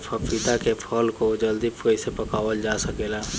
पपिता के फल को जल्दी कइसे पकावल जा सकेला?